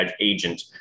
agent